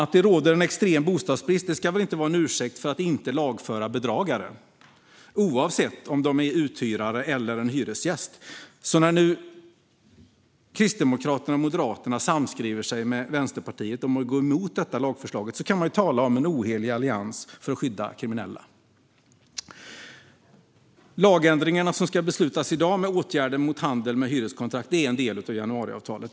Att det råder en extrem bostadsbrist ska väl inte vara en ursäkt för att inte lagföra bedragare, oavsett om de är uthyrare eller hyresgäster? När nu Kristdemokraterna och Moderaterna samskriver sig med Vänsterpartiet om att gå emot detta lagförslag kan man tala om en ohelig allians för att skydda kriminella. Lagändringarna som ska beslutas i dag i och med betänkandet Åtgärder mot handel med hyreskontrakt är en del av januariavtalet.